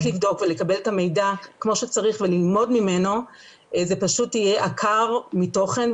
לבדוק ולקבל את המידע כמו שצריך וללמוד ממנו זה פשוט יהיה עקר מתוכן,